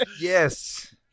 Yes